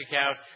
account